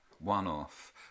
one-off